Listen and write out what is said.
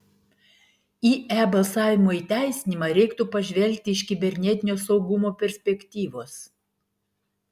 į e balsavimo įteisinimą reiktų pažvelgti iš kibernetinio saugumo perspektyvos